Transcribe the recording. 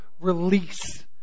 release